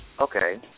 Okay